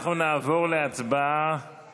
אנחנו נעבור להצבעה